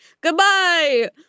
Goodbye